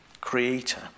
creator